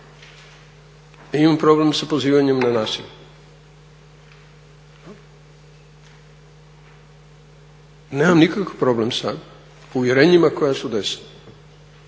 imam problem sa pozivanjem na nasilje. Nemam nikakav problem sa uvjerenjima koja su desna,